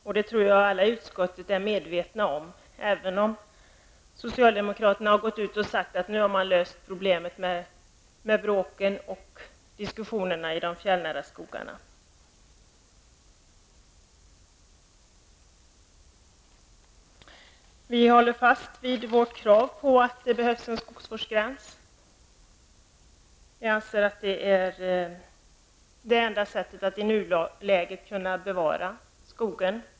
Jag tror att alla i utskottet är medvetna om det, även om socialdemokraterna har gjort uttalanden om att problemen nu är lösta när det gäller bråken och diskussionerna avseende de fjällnära skogarna. Vi håller fast vid vårt krav på att det skall finnas en skogsvårdsgräns. Vi anser att det i nuläget är den enda möjligheten att bevara skogen.